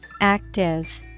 Active